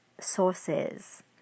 sources